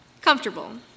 Comfortable